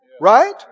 Right